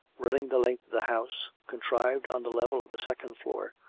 running the length of the house, contrived on the level of the second floor,